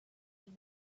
used